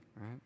right